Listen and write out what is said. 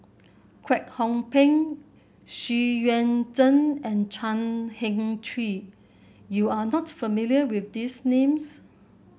Kwek Hong Png Xu Yuan Zhen and Chan Heng Chee You are not familiar with these names